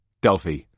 Delphi